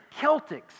Celtics